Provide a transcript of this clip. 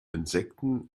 insekten